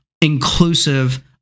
inclusive